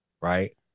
Right